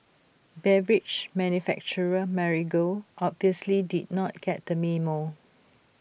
beverage manufacturer Marigold obviously did not get the memo